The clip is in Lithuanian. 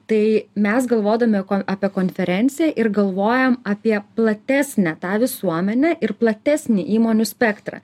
tai mes galvodami apie konferenciją ir galvojam apie platesnę tą visuomenę ir platesnį įmonių spektrą